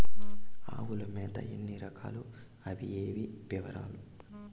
ఆవుల మేత ఎన్ని రకాలు? అవి ఏవి? వివరాలు?